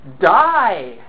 die